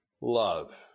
love